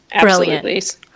brilliant